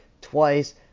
twice